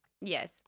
Yes